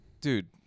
dude